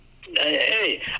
Hey